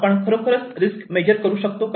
आपण खरोखरच risk measure करू शकतो का